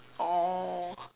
oh